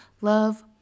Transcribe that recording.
love